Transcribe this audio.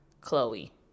Chloe